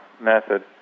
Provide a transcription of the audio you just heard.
method